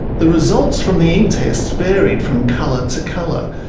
the results from the ink tests varied from colour to colour.